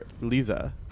Lisa